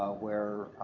ah where.